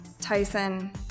Tyson